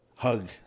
Hug